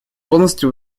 полностью